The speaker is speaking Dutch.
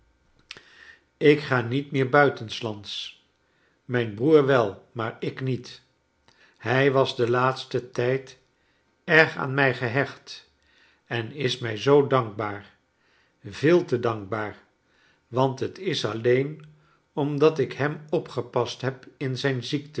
ik ga niet meer buitenslands mijn broer wel maar ik niet hij was den laatsten tijd erg aan mij gehecht en is mij zoo dankbaar veel te dankbaar want het is alleen omdat ik hem opgepast heb in zijn ziekte